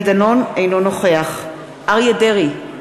אינו נוכח אריה דרעי,